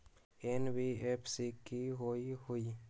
NBFC कि होअ हई?